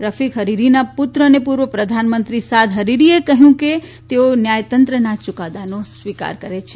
રફીક હરીરીના પુત્ર અને પૂર્વ પ્રધાનમંત્રી સાદ હરીરી બે કહ્યું કે તેઓ ન્યાયતંત્રના યુકાદાનો સ્વીકાર કરે છે